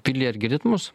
vilija ar girdit mus